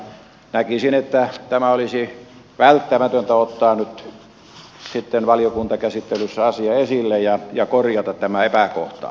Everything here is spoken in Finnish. näkisin että tämä asia olisi välttämätöntä ottaa nyt valiokuntakäsittelyssä esille ja korjata tämä epäkohta